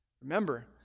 Remember